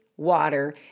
Water